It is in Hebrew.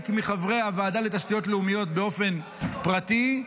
מחברי הוועדה לתשתיות לאומיות באופן פרטי,